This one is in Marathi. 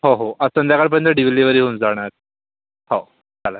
हो हो आज संध्याकाळपर्यंत डिलेव्हरी होऊन जाणार हो चालेल